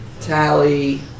Tally